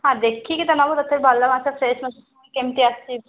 ହଁ ଦେଖିକି ତ ନେବୁ ତଥାପି ଭଲ ମାଛ ଫ୍ରେସ ମାଛ କେମିତି ଆସୁଛି